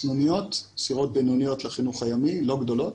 גדולות וסירות בינוניות לחינוך הימי שהן לא גדולות.